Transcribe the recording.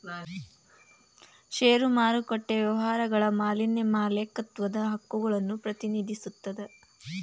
ಷೇರು ಮಾರುಕಟ್ಟೆ ವ್ಯವಹಾರಗಳ ಮ್ಯಾಲಿನ ಮಾಲೇಕತ್ವದ ಹಕ್ಕುಗಳನ್ನ ಪ್ರತಿನಿಧಿಸ್ತದ